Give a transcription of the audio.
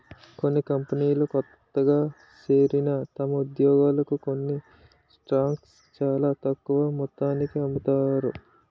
కొన్ని కంపెనీలు కొత్తగా చేరిన తమ ఉద్యోగులకు కొన్ని స్టాక్స్ చాలా తక్కువ మొత్తానికి అమ్ముతారు